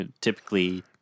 typically